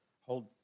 hold